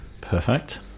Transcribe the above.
Perfect